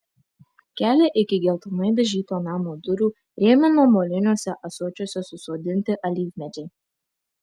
kelią iki geltonai dažyto namo durų rėmino moliniuose ąsočiuose susodinti alyvmedžiai